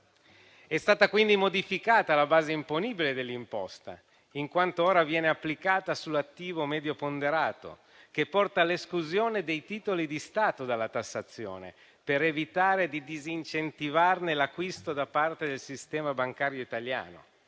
È stata quindi modificata la base imponibile dell'imposta, in quanto ora viene applicata sull'attivo medio ponderato, che porta all'esclusione dei titoli di Stato dalla tassazione, per evitare di disincentivarne l'acquisto da parte del sistema bancario italiano